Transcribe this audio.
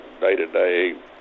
day-to-day